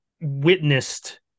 witnessed